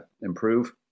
improve